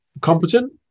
competent